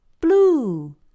Blue